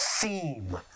theme